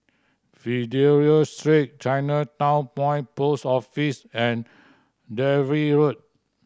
Fidelio Street Chinatown Point Post Office and Dalvey Road